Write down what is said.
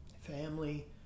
family